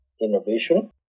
innovation